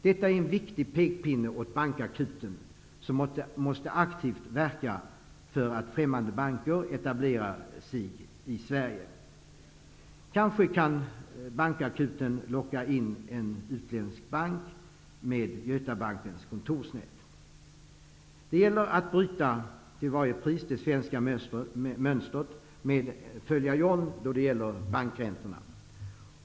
Detta är en viktig pekpinne åt bankakuten, som aktivt måste verka för att främmande banker etablerar sig i Sverige. Kanske kan bankakuten locka hit en utländsk bank som kan ta över Götabankens kontorsnät. Det gäller att till varje pris bryta det svenska mönstret med ''följa John'' när det gäller bankräntorna.